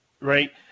right